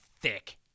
thick